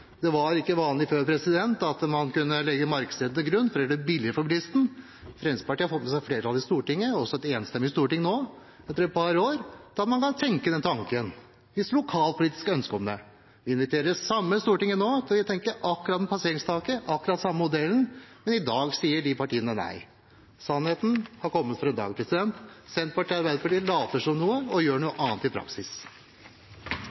Det var ikke vanlig før at man kunne legge markedsrente til grunn for å gjøre det billigere for bilisten. Fremskrittspartiet har fått med seg flertallet i Stortinget, og også et enstemmig storting nå, etter et par år, på at man kan tenke den tanken, hvis det er lokalpolitisk ønske om det. Vi inviterer det samme stortinget nå til å tenke akkurat det samme når det gjelder passeringstaket, akkurat den samme modellen, men i dag sier de partiene nei. Sannheten har kommet for en dag: Senterpartiet og Arbeiderpartiet later som noe og gjør